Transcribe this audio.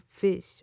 fish